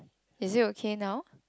is it okay now